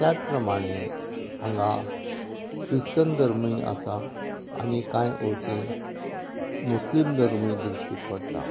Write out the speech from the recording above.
त्यात प्रमाणें हांगा क्रिश्चन धर्मूय आसा आनी कांय अवचीं मुस्लिम धर्मूय दृश्टीक पडटा